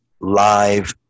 live